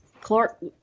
Clark